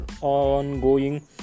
ongoing